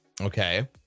Okay